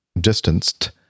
distanced